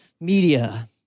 media